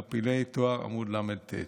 ערפילי טוהר, עמ' ל"ט.